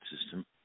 system